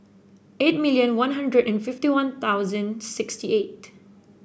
eight million One Hundred and fifty one sixty eight